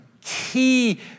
key